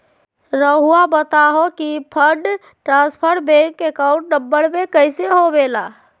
रहुआ बताहो कि fund transfer bank account number में कैसे होबेला?